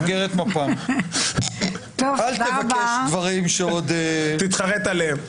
אל תבקש דברים שעוד --- תתחרט עליהם.